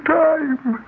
time